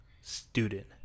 student